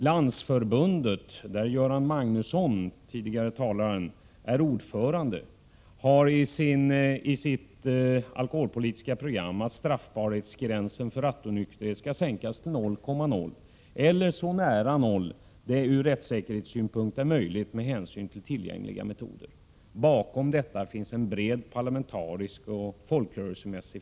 Landsförbundet, där den tidigare talaren Göran Magnusson är ordförande, har sedan i lördags i sitt alkoholpolitiska program inskrivit att straffbarhetsgränsen för rattonykterhet skall sänkas till 0,0 Zee, eller så nära 0 som det ur rättssäkerhetssynpunkt är möjligt med hänsyn till tillgängliga mätmetoder. Bakom detta krav finns en bred parlamentarisk förankring och en folkrörelseförankring.